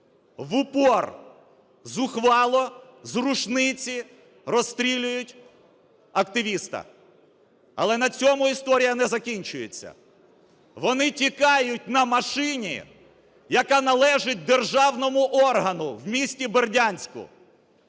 в упор зухвало з рушниці розстрілюють активіста. Але на цьому історія не закінчується. Вони тікають на машині, яка належить державному органу в місті Бердянську.